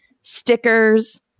stickers